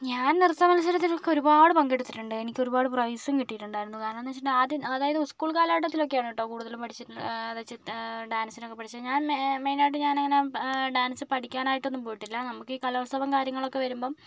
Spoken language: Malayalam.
ഞാൻ നൃത്ത മത്സരത്തിലൊക്കെ ഒരുപാട് പങ്കെടുത്തിട്ടുണ്ട് എനിക്ക് ഒരുപാട് പ്രൈസും കിട്ടിയിട്ടുണ്ടായിരുന്നു അതായത് കാരണം എന്ന് വെച്ചിട്ടുണ്ടെങ്കിൽ സ്കൂൾ കാലഘട്ടത്തിൽ ഒക്കെ ആണ് കേട്ടോ കൂടുതലും പഠിച്ച അതായത് ഡാൻസിനൊക്കെ പഠിച്ചത് ഞാൻ മേ മെയിൻ ആയിട്ട് ഡാൻസ് പഠിക്കാനായിട്ടൊന്നും പോയിട്ടില്ല നമുക്ക് ഈ കലോത്സവം കാര്യങ്ങളൊക്കെ വരുമ്പം